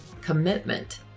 commitment